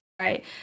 right